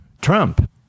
Trump